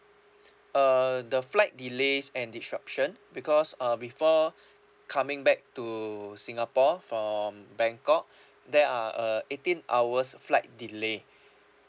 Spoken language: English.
uh the flight delays and disruption because uh before coming back to singapore from bangkok there are uh eighteen hours flight delay